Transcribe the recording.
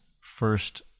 First